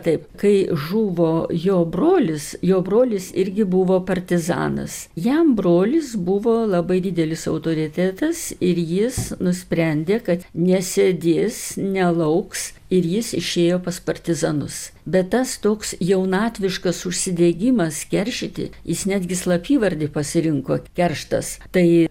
taip kai žuvo jo brolis jo brolis irgi buvo partizanas jam brolis buvo labai didelis autoritetas ir jis nusprendė kad nesėdės nelauks ir jis išėjo pas partizanus bet tas toks jaunatviškas užsidegimas keršyti jis netgi slapyvardį pasirinko kerštas tai